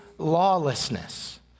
lawlessness